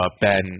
Ben